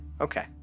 Okay